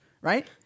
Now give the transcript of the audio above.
right